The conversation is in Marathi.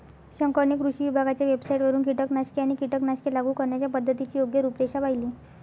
शंकरने कृषी विभागाच्या वेबसाइटवरून कीटकनाशके आणि कीटकनाशके लागू करण्याच्या पद्धतीची योग्य रूपरेषा पाहिली